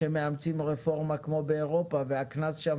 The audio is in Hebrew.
שמאמצים רפורמה כמו באירופה והקנס שם